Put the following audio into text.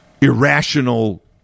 irrational